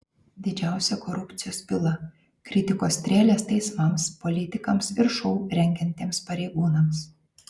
didžiausia korupcijos byla kritikos strėlės teismams politikams ir šou rengiantiems pareigūnams